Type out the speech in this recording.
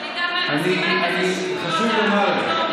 חשוב לומר.